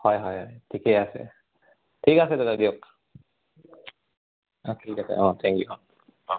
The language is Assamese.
হয় হয় ঠিকেই আছে ঠিক আছে দাদা দিয়ক অঁ ঠিক আছে অঁ থেংক ইউ অঁ অঁ